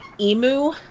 emu